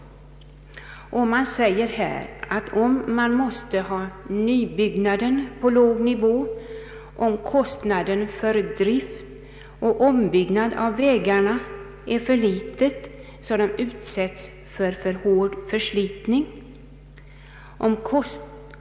Om man måste hålla nybyggnaden på låg nivå, om kostnaden för drift och ombyggnad av vägarna är för liten så att de utsätts för en för hård förslitning.